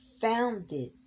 founded